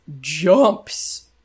jumps